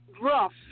rough